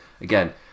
again